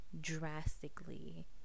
drastically